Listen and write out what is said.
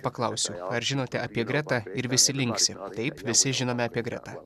paklausiu ar žinote apie gretą ir visi linksi ir taip visi žinome apie gretą